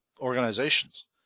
Organizations